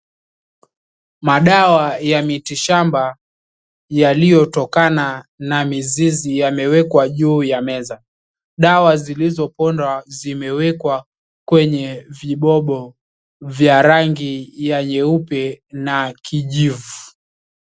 Madawa ya miti shamba yalio tokana na mizizi yame wekwa juu ya meza dawa zimewekwa kwenye vibobo vya rangi nyeupe na kijivu.